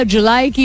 July